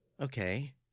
Okay